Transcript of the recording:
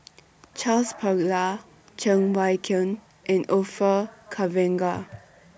Charles Paglar Cheng Wai Keung and Orfeur Cavenagh